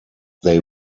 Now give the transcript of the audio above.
they